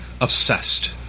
obsessed